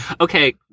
Okay